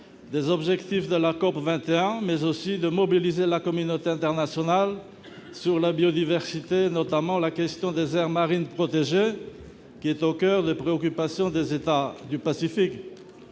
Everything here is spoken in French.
des objectifs de la COP21, mais aussi de mobiliser la communauté internationale sur la biodiversité, notamment sur la question des aires marines protégées, qui est au coeur des préoccupations des États du Pacifique